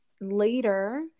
later